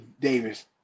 Davis